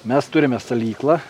mes turime salyklą